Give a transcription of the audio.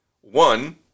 One